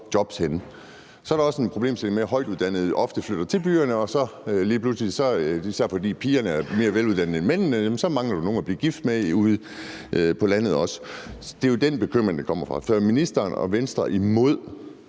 jobs henne. Så er der også en problemstilling med, at højtuddannede ofte flytter til byerne, og så – især fordi pigerne er mere veluddannede end mændene – mangler der lige pludselig nogle at blive gift med ude på landet også. Det er jo den bekymring, det kommer fra. Er ministeren og Venstre imod